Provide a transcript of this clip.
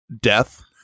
death